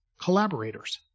collaborators